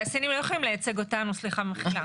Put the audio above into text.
תעשיינים לא יכולים לייצג אותנו, סליחה, מחילה.